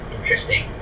Interesting